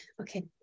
Okay